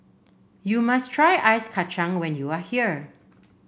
you must try Ice Kacang when you are here